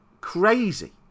crazy